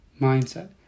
mindset